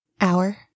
Hour